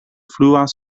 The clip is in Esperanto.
fluas